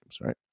right